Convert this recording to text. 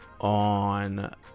on